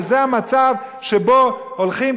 וזה המצב שבו הולכים,